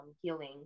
Healing